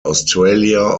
australia